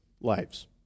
lives